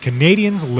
Canadians